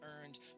earned